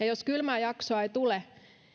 jos kylmää jaksoa ei tule